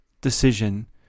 decision